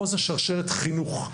פה זה שרשרת חינוך.